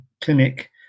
clinic